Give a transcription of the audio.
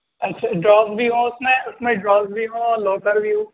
اچھا ڈراز بھی ہوں اس میں اس میں ڈراز بھی ہوں لوکر بھی ہوں